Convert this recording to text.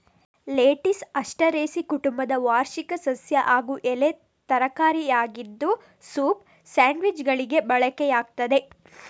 lettuce asteraceae ಕುಟುಂಬದ ವಾರ್ಷಿಕ ಸಸ್ಯ ಹಾಗೂ ಎಲೆ ತರಕಾರಿಯಾಗಿದ್ದು ಸೂಪ್, ಸ್ಯಾಂಡ್ವಿಚ್ಚುಗಳಿಗೆ ಬಳಕೆಯಾಗ್ತದೆ